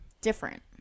different